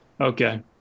okay